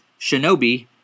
Shinobi